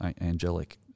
angelic